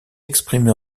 exprimés